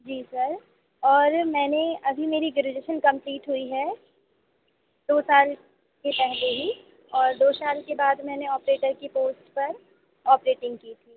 जी sir और मैंने अभी मेरी ग्रेजुएसन कंप्लीट हुई है दो साल के पहले ही और दो साल के बाद मैंने ऑपरेटर की पोस्ट पर ऑपरेटिंग की थी